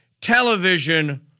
television